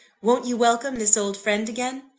won't you welcome this old friend again?